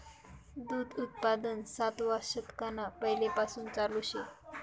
दूध उत्पादन सातवा शतकना पैलेपासून चालू शे